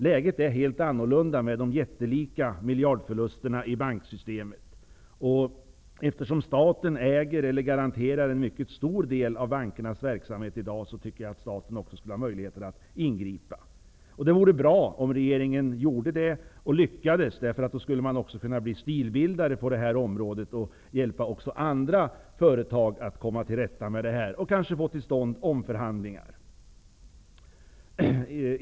Läget är nu helt annorlunda mot bakgrund av de jättelika förlusterna i banksystemet. Eftersom staten i dag äger eller garanterar en mycket stor del av bankernas verksamhet, tycker jag att staten också skulle ha möjlighet att ingripa. Det vore bra om regeringen gjorde det och lyckades. Då skulle man kunna bli stilbildare på det här området och hjälpa andra företag att komma till rätta med problemen och kanske få till stånd omförhandlingar.